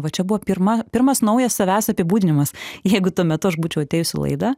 va čia buvo pirma pirmas naujas savęs apibūdinimas jeigu tuo metu aš būčiau atėjus į laidą